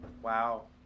Wow